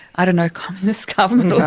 i don't know, communist government